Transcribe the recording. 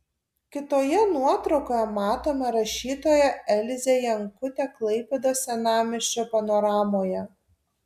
kitoje nuotraukoje matome rašytoją elzę jankutę klaipėdos senamiesčio panoramoje